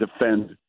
defend